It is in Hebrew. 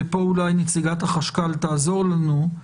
וכאן אולי נציגת החשב הכללי תעזור לנו,